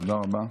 תודה רבה.